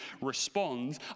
respond